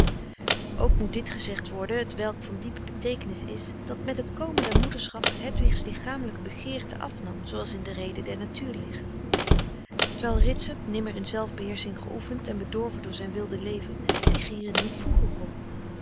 ook moet dit gezegd worden hetwelk van diepe beteekenis is dat met het komen der moederschap hedwigs lichamelijke begeerte afnam zooals in de rede der natuur ligt terwijl ritsert nimmer in zelfbeheersching geoefend en bedorven door zijn wilde leven zich hierin niet voegen kon